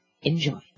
Enjoy